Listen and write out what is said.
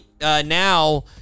Now